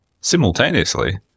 simultaneously